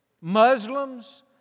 Muslims